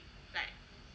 like